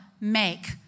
make